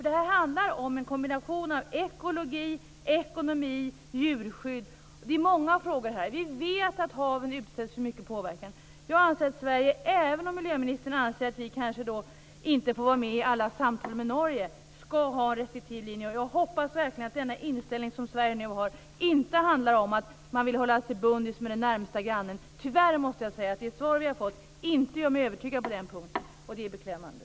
Det här handlar om en kombination av ekologi, ekonomi och djurskydd. Det är många frågor här. Vi vet att haven utsätts för mycket påverkan. Jag anser att Sverige skall ha en restriktiv linje, även om miljöministern anser att vi kanske inte får vara med i alla samtal med Norge. Jag hoppas verkligen att den inställning som Sverige nu har inte handlar om att man vill hålla sig bundis med den närmaste grannen. Tyvärr måste jag säga att det svar vi har fått inte gör mig övertygad på den punkten, och det är beklämmande.